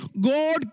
God